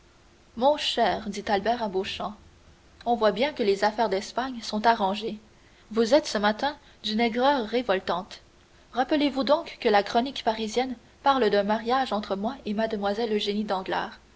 mon cher dit albert à beauchamp on voit bien que les affaires d'espagne sont arrangées vous êtes ce matin d'une aigreur révoltante rappelez-vous donc que la chronique parisienne parle d'un mariage entre moi et mlle eugénie